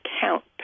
count